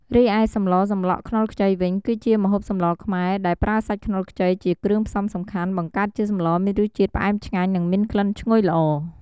រីឯសម្លសម្លក់ខ្នុរខ្ចីវិញ គឺជាម្ហូបសម្លខ្មែរ ដែលប្រើសាច់ខ្នុរខ្ចី ជាគ្រឿងផ្សំសំខាន់ បង្កើតជាសម្លមានរសជាតិផ្អែមឆ្ងាញ់ និងមានក្លិនឈ្ងុយល្អ។